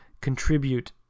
contribute